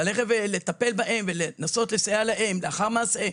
ללכת לטפל בהם ולנסות לסייע להם לאחר מעשה?